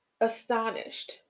astonished